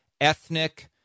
ethnic